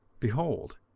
behold,